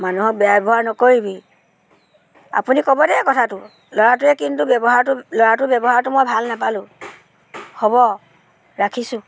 মানুহক বেয়া ব্যৱহাৰ নকৰিবি আপুনি ক'ব দেই কথাটো ল'ৰাটোৱে কিন্তু ব্যৱহাৰটো ল'ৰাটোৰ ব্যৱহাৰটো মই ভাল নাপালোঁ হ'ব ৰাখিছোঁ